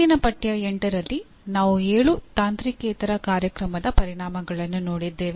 ಹಿಂದಿನ ಪಠ್ಯ 8ರಲ್ಲಿ ನಾವು ಏಳು ತಾಂತ್ರಿಕೇತರ ಕಾರ್ಯಕ್ರಮದ ಪರಿಣಾಮಗಳನ್ನು ನೋಡಿದ್ದೇವೆ